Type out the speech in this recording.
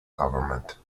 government